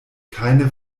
keine